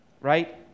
right